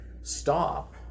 stop